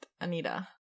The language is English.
Anita